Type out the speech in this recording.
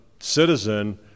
citizen